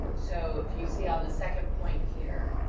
so if you see, on the second point here,